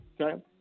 Okay